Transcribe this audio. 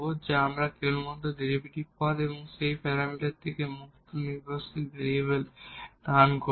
যা আমরা কেবলমাত্র ডেরিভেটিভ টার্ম এবং সেই প্যারামিটার থেকে ডিপেন্ডেন্ট ইন্ডিপেন্ডেন্ট ভেরিয়েবল ধারণ করব